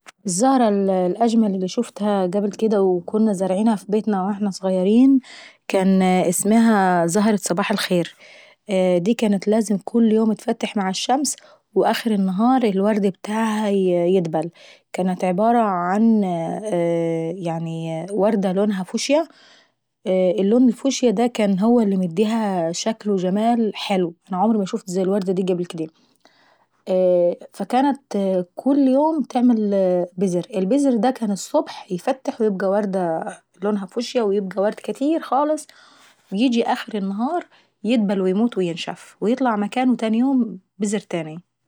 الزهرة الأجمل اللي شوفتها قبل كديه وكنا زراعينها في بيتنا واحنا ظغيرين كان اسميها زهرة صباح الخير، دي كانت لازم اتفتح كل يوم مع الشمس واخر انلهار الورد ابتاعها يدبل. كانت عبارة عن يعني وردة لونها فوشيا، واللون الفوشيا دا هو اللي مديها شكل وجمال حلو. انا عمري ما شوفت زي الوردة دي قبل كديه، فكانت كل يوم تعمل بذر، البذر دا كان الصبح ايفتحويبقى وردة لونها فوشيا وكان يبقى ورد كاتير خالص. وييجي اخر النهار يدبل وبموت ويينشف ويطلع مكانها تاني يوم بذر تاناي.